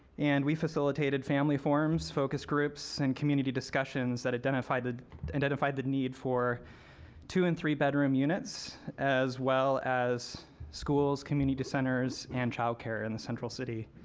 and we facilitated family forums, focus groups and community discussions that identified the identified the need for two and three bedroom units as well as schools, community centers and child care in the central city.